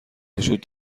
وجود